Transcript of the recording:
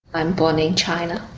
and born in china.